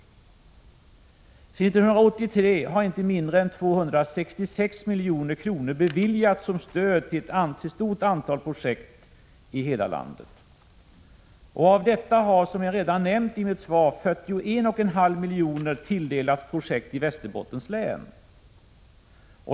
Sedan 1983 har inte mindre än 266 milj.kr. beviljats som stöd till ett stort antal projekt i hela landet. Av detta har, som jag redan nämnt i mitt svar, 41,5 milj.kr. tilldelats projekt i Västerbottens län.